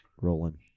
rolling